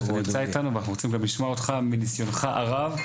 אתה נמצא איתנו ואנחנו רוצים גם לשמוע אותך מניסיונך הרב,